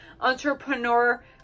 entrepreneur